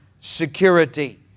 security